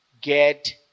get